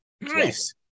Nice